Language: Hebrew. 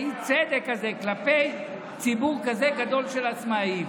האי-צדק הזה כלפי ציבור כזה גדול של עצמאיים.